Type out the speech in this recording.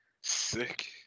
sick